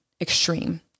extreme